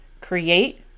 create